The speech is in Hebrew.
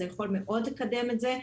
זה יכול מאוד לקדם את זה.